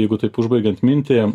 jeigu taip užbaigiant mintį